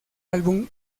álbum